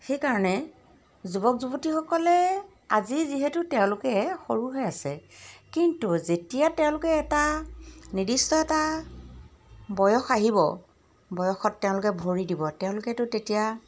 সেইকাৰণে যুৱক যুৱতীসকলে আজি যিহেতু তেওঁলোকে সৰু হৈ আছে কিন্তু যেতিয়া তেওঁলোকে এটা নিৰ্দিষ্ট এটা বয়স আহিব বয়সত তেওঁলোকে ভৰি দিব তেওঁলোকেতো তেতিয়া